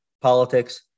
politics